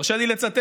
תרשה לי לצטט,